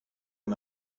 him